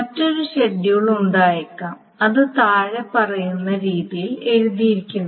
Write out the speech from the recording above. മറ്റൊരു ഷെഡ്യൂൾ ഉണ്ടായേക്കാം അത് താഴെ പറയുന്ന രീതിയിൽ എഴുതിയിരിക്കുന്നു